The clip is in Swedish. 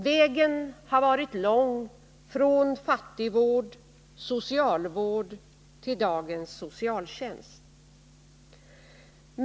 Vägen har varit lång från fattigvård, socialvård till dagens socialtjänst.